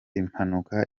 impanuka